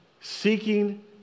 Seeking